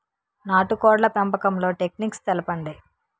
నాటుకోడ్ల పెంపకంలో టెక్నిక్స్ తెలుపండి?